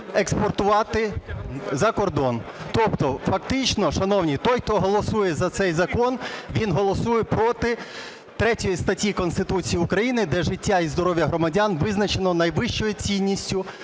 експортувати за кордон. Тобто фактично, шановні, той, хто голосує за цей закон, він голосує проти 3 статті Конституції України, де життя і здоров'я громадян визначено найвищою цінністю